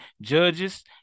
Judges